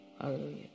Hallelujah